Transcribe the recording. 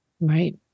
Right